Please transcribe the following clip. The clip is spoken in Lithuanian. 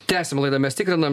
tęsim laidą mes tikrinam